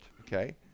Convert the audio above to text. okay